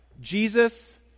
Jesus